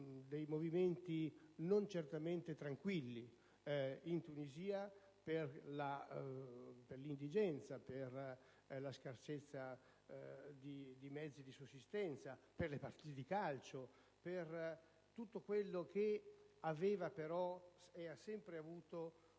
dei movimenti non certamente tranquilli in Tunisia per l'indigenza, la scarsità di mezzi di sussistenza, per le partite di calcio, per tutto quello che aveva e ha sempre avuto